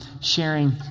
sharing